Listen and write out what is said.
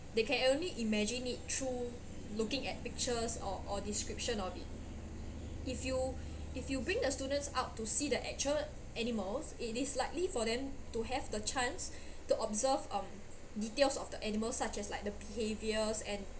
they can only imagine it through looking at pictures or or description of it if you if you bring the students out to see the actual animals it is slightly for them to have the chance to observe on details of the animals such as like the behaviours and